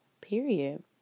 period